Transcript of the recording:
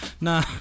Nah